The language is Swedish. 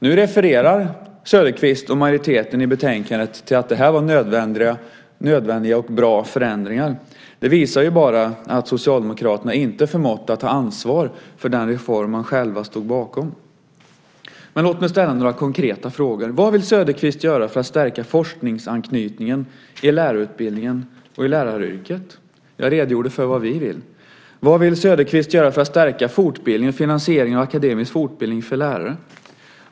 Nu refererar Söderqvist och majoriteten i betänkandet till att detta var nödvändiga och bra förändringar. Det visar bara att Socialdemokraterna inte förmått att ta ansvar för den reform som de själva stod bakom. Men jag ska ställa några konkreta frågor. Vad vill Söderqvist göra för att stärka forskningsanknytningen i lärarutbildningen och i läraryrket? Jag redogjorde för vad vi vill. Vad vill Söderqvist göra för att stärka finansieringen av akademisk fortbildning för lärare?